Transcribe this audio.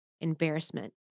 embarrassment